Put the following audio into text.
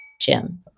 Jim